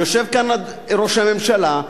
יושב כאן ראש הממשלה.